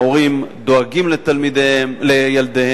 ההורים דואגים לילדיהם,